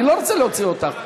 אני לא רוצה להוציא אותך.